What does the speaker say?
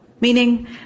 Meaning